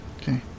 okay